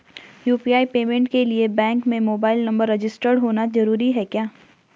UPI payment के लिए bank में मोबाइल नंबर रजिस्टर्ड होना जरूरी है क्या?